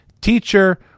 teacher